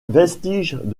vestiges